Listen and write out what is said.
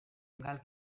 gal